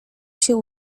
się